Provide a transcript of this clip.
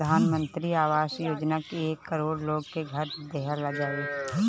प्रधान मंत्री आवास योजना से एक करोड़ लोग के घर देहल जाई